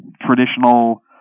traditional